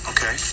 Okay